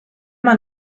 man